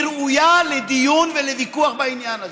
היא ראויה לדיון ולוויכוח בעניין הזה,